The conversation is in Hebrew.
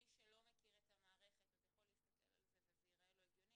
מי שלא מכיר את המערכת יכול להסתכל על זה וזה ייראה לו הגיוני.